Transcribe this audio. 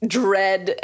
dread